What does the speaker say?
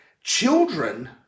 children